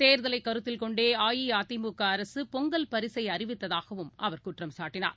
தேர்தலைகருத்தில் கொண்டேஅஇஅதிமுகஅரசுபொங்கல் பரிசைஅறிவித்ததாகவும் அவர் குற்றம் சாட்டனார்